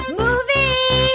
movie